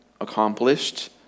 accomplished